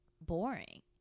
boring